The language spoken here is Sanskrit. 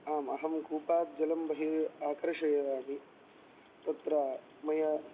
आम् अहं कूपात् जलं बहिः आकर्षयामि तत्र मया